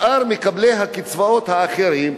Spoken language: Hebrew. שאר מקבלי הקצבאות האחרים,